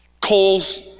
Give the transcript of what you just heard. coals